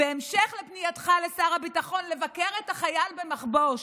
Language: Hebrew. בהמשך לפנייתך לשר הביטחון לבקר את החייל במחבוש,